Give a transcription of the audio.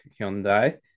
Hyundai